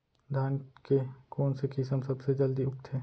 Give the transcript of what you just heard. धान के कोन से किसम सबसे जलदी उगथे?